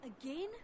again